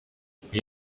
ngiyo